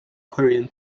korean